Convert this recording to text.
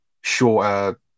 shorter